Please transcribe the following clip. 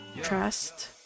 trust